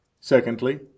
Secondly